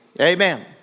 Amen